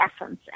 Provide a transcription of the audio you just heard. essence